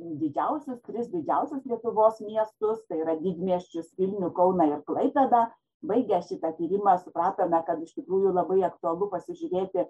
didžiausius tris didžiausius lietuvos miestuose tai yra didmiesčius vilnių kauną ir klaipėdą baigę šitą tyrimą supratome kad iš tikrųjų labai aktualu pasižiūrėti